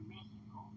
Mexico